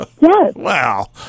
Wow